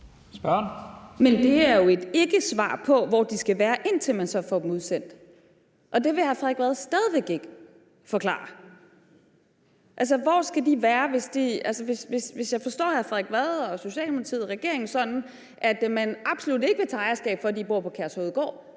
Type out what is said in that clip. Men det er jo et ikkesvar, i forhold til hvor de så skal være, indtil man får dem udsendt. Det vil hr. Frederik Vad stadig væk ikke forklare. Hvor skal de være? Hvis jeg forstår hr. Frederik Vad og Socialdemokratiet og regeringen sådan, at man absolut ikke vil tage ejerskab for, at de bor på Kærshovedgård,